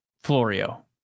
Florio